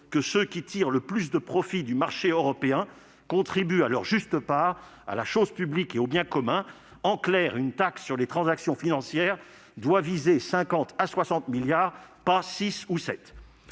que ceux qui tirent le plus de profits du marché européen contribuent à leur juste part à la chose publique et au bien commun. En clair, une taxe sur les transactions financières doit viser cinquante milliards d'euros à